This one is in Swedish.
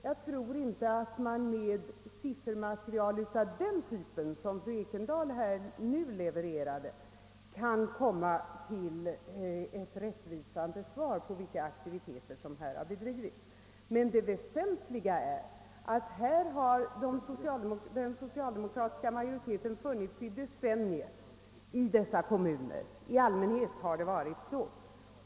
Jag tror inte att man med siffermaterial av den typ som fru Ekendahl nu levererade kan komma fram till ett rättvisande svar på vilka aktiviteter som har bedrivits på detta område. Men det väsentliga är, att i dessa kommuner har det funnits socialdemokratisk majoritet i decennier — i allmänhet har det varit så.